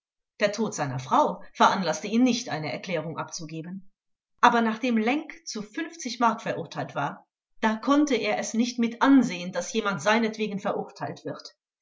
der tod seiner frau veranlaßte ihn nicht eine erklärung abzugeben aber nachdem lenk zu fünfzig mark war da konnte er es nicht mit ansehen daß jemand seinetwegen verurteilt wird